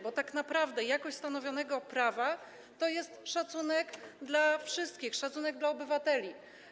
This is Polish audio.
Bo tak naprawdę jakość stanowionego prawa odzwierciedla szacunek dla wszystkich, szacunek dla obywateli.